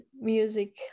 music